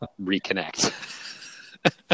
reconnect